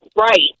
right